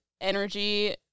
energy